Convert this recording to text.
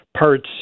parts